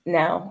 now